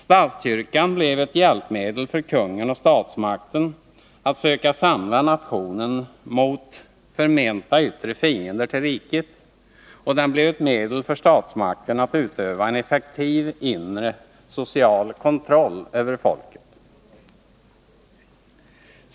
Statskyrkan blev ett hjälpmedel för kungen och statsmakten att söka samla nationen mot förmenta yttre fiender till riket, och den blev ett medel för statsmakten att utöva en effektiv inre social kontroll över folket.